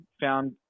found